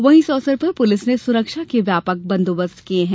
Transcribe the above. वहीं इस अवसर पर पुलिस ने सुरक्षा के व्यापक बंदोबस्त किये है